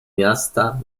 miasta